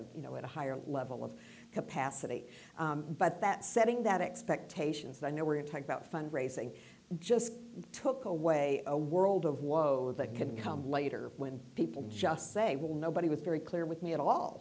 you know at a higher level of capacity but that setting that expectations i know we're talking about fundraising just took away a world of woe that can come later when people just say well nobody was very clear with me at all